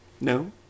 No